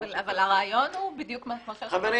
אבל הרעיון הוא בדיוק --- חברים,